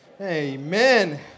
Amen